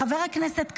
חבר הכנסת כץ,